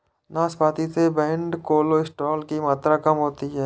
नाशपाती से bad cholesterol की मात्रा कम होती है